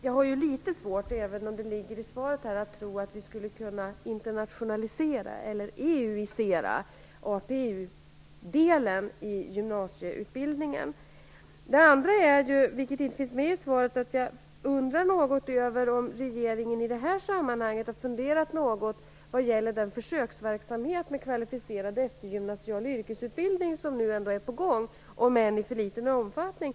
Jag har litet svårt att tro, även om det ligger i svaret, att vi skulle kunna internationalisera eller "EU-isera" APU-delen i gymnasieutbildningen. Jag undrar också något över - det finns inte med i svaret - om regeringen i det här sammanhanget har några funderingar vad gäller den försöksverksamhet med kvalificerad eftergymnasial yrkesutbildning som nu är på gång, om än i för liten omfattning.